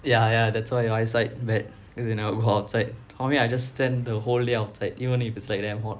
ya ya that's why your eyesight bad because you never go outside for me I just stand the whole day outside even if it's like damn hot